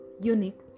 unique